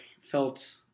felt